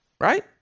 Right